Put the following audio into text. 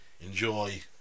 Enjoy